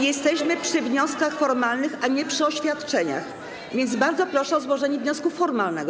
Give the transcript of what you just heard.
Jesteśmy przy wnioskach formalnych, a nie przy oświadczeniach, więc bardzo proszę o złożenie wniosku formalnego.